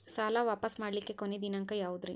ಸಾಲಾ ವಾಪಸ್ ಮಾಡ್ಲಿಕ್ಕೆ ಕೊನಿ ದಿನಾಂಕ ಯಾವುದ್ರಿ?